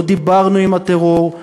לא דיברנו עם הטרור,